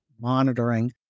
monitoring